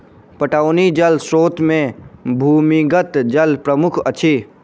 पटौनी जल स्रोत मे भूमिगत जल प्रमुख अछि